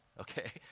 okay